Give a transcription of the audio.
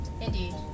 Indeed